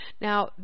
now